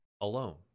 alone